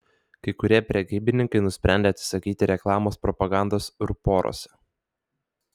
kai kurie prekybininkai nusprendė atsisakyti reklamos propagandos ruporuose